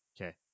Okay